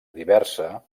diversa